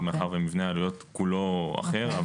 מאחר שמבנה העלויות כולו אחר.